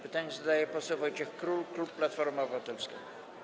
Pytanie zadaje poseł Wojciech Król, klub Platforma Obywatelska.